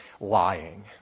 lying